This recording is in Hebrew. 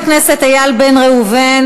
חבר הכנסת איל בן ראובן,